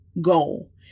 goal